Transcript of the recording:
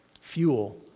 fuel